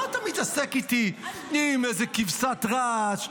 מה אתה מתעסק איתי עם איזו כבשת רש,